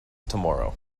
tomorrow